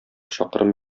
чакрым